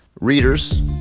readers